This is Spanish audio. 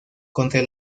contra